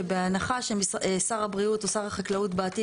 שבהנחה ששר הבריאות או שר החקלאות בעתיד